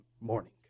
morning